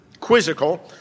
quizzical